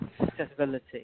accessibility